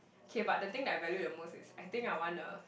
okay but the thing that I value the most is I think I want a